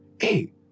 Hey